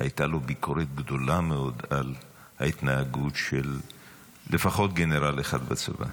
הייתה לו ביקורת גדולה מאוד על ההתנהגות של לפחות גנרל אחד בצבא.